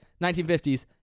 1950s